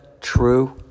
true